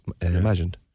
imagined